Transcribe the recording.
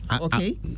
Okay